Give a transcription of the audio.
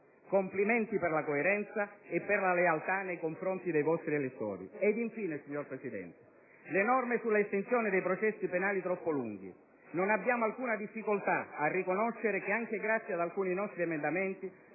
Complimenti per la coerenza e per la lealtà nei confronti dei vostri elettori.